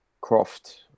croft